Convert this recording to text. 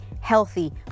healthy